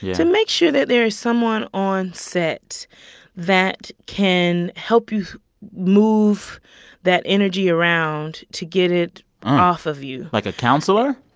to make sure that there is someone on set that can help you move that energy around to get it off of you like a counselor?